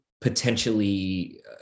Potentially